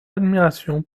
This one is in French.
admiration